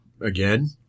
again